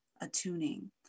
attuning